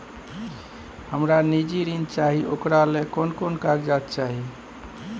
हमरा निजी ऋण चाही ओकरा ले कोन कोन कागजात चाही?